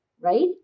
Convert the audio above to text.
right